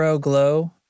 Glow